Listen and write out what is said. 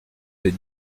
ces